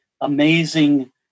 amazing